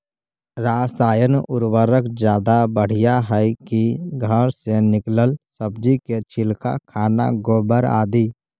रासायन उर्वरक ज्यादा बढ़िया हैं कि घर से निकलल सब्जी के छिलका, खाना, गोबर, आदि?